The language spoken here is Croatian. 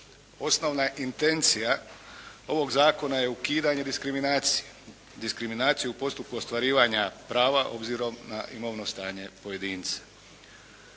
Osnovna intencija ovog zakona je ukidanje diskriminacije, diskriminacije u postupku ostvarivanja prava obzirom na imovno stanje pojedinca.